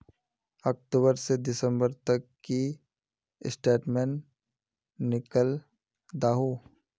अक्टूबर से दिसंबर तक की स्टेटमेंट निकल दाहू?